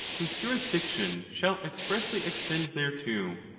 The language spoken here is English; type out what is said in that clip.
whose jurisdiction shall expressly extend there to.